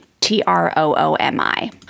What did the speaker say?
T-R-O-O-M-I